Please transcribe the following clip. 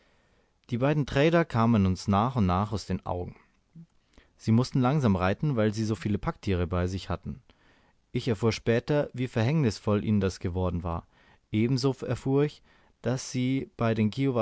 die beiden trader kamen uns nach und nach aus den augen sie mußten langsam reiten weil sie so viele packtiere bei sich hatten ich erfuhr später wie verhängnisvoll ihnen das geworden war ebenso erfuhr ich daß sie bei den